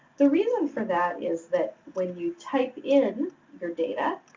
the reason for that is that when you type in your data,